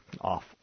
off